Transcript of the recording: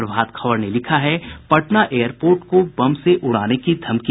प्रभात खबर ने लिखा है पटना एयरपोर्ट को बम से उड़ाने की धमकी